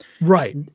right